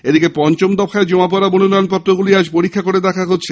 এদিকে পঞ্চম দফায় জমা পড়া মনোনয়নপত্রগুলি আজ পরীক্ষা করে দেখা হবে